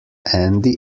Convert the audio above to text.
andy